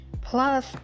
plus